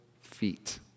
feet